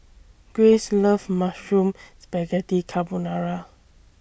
Grayce loves Mushroom Spaghetti Carbonara